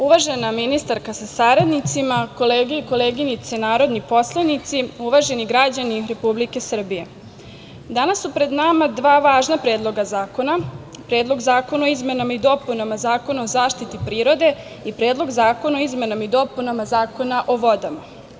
Uvažena ministarka sa saradnicima, kolege i koleginice narodni poslanici, uvaženi građani Republike Srbije, danas su pred nama dva važna predloga zakona, Predlog zakona o izmenama i dopunama Zakona o zaštiti prirode i Predlog zakona o izmenama i dopunama Zakona o vodama.